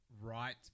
right